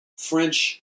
French